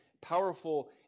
powerful